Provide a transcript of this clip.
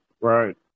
Right